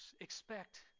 Expect